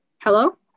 Hello